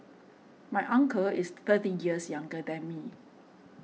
my uncle is thirty years younger than me